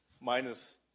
minus